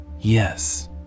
Yes